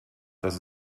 dass